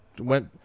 went